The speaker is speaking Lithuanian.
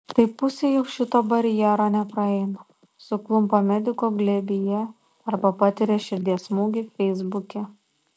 tai pusė jau šito barjero nepraeina suklumpa medikų glėbyje arba patiria širdies smūgį feisbuke